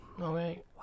Okay